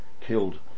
killed